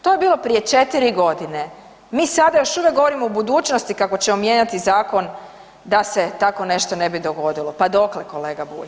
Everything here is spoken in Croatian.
To je bilo prije 4 g., mi sada još uvijek govorimo o budućnosti kako ćemo mijenjati zakon da se takvo nešto ne bi dogodilo, pa dokle kolega Bulj?